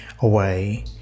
away